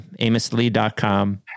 AmosLee.com